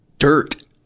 Dirt